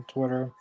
Twitter